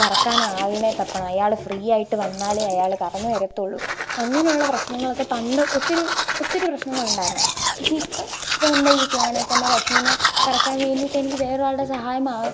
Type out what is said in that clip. കറക്കാന് ആളിനെ തപ്പണം അയാൾ ഫ്രീ ആയിട്ട് വന്നാലേ അയാൾ കറന്ന് തരത്തുള്ളൂ അങ്ങനെയുള്ള പ്രശ്നങ്ങളൊക്കെ പണ്ട് ഒത്തിരി ഒത്തിരി പ്രശ്നങ്ങൾ ഉണ്ടായിരുന്നു പക്ഷേ ഇപ്പം എന്റെ വീട്ടിലാണെങ്കിൽ തന്നെ പശുവിനെ കറക്കാന് വേണ്ടിയിട്ട് എനിക്ക് വേറെ ഒരാളുടെ സഹായം ആ